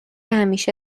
همیشه